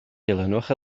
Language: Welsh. dilynwch